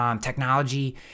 Technology